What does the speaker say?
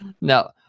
No